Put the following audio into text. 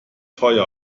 feuer